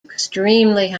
extremely